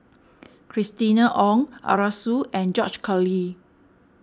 Christina Ong Arasu and George Collyer